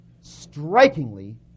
strikingly